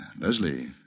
Leslie